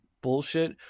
bullshit